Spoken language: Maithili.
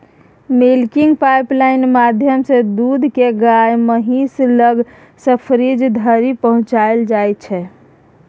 मिल्किंग पाइपलाइन माध्यमसँ दुध केँ गाए महीस लग सँ फ्रीज धरि पहुँचाएल जाइ छै